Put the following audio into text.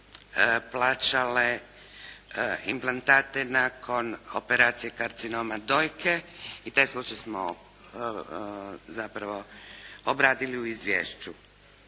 plaćale implantate nakon operacije karcinoma dojke, i taj slučaj smo zapravo obradili u izvješću.